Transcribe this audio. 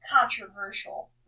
controversial